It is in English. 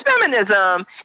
feminism